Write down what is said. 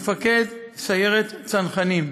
מפקד סיירת צנחנים,